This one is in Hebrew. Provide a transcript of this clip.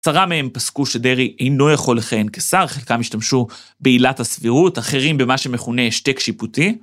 עשרה מהם פסקו שדרעי אינו יכול לכהן כשר, חלקם השתמשו בעילת הסבירות, אחרים במה שמכונה השתק שיפוטי.